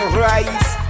rise